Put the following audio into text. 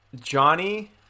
johnny